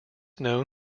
known